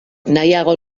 nahiago